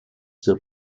der